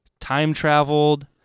time-traveled